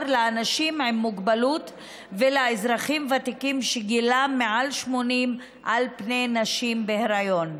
לאנשים עם מוגבלות ולאזרחים ותיקים שגילם מעל 80 על פני נשים בהיריון.